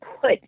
put